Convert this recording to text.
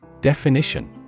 Definition